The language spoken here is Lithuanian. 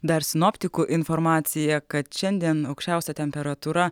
dar sinoptikų informacija kad šiandien aukščiausia temperatūra